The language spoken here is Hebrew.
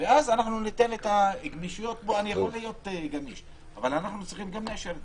זה נותן משהו שאני לא יודע אם אנחנו צריכים אותו